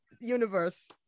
universe